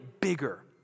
bigger